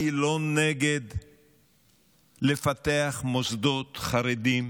אני לא נגד לפתח מוסדות חרדיים,